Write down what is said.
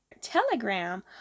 Telegram